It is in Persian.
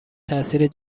تاثیر